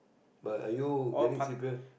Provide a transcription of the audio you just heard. but are you getting c_p_f